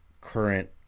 current